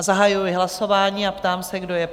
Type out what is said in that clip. Zahajuji hlasování a ptám se, kdo je pro?